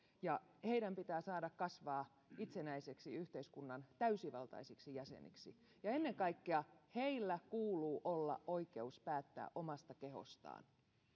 ja heidän pitää saada kasvaa itsenäisiksi yhteiskunnan täysivaltaisiksi jäseniksi ja ennen kaikkea heillä kuuluu olla oikeus päättää omasta kehostaan